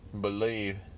believe